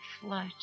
float